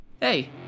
Hey